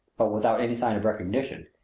but without any sign of recognition,